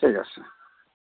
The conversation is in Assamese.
ঠিক আছে